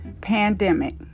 pandemic